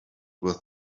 with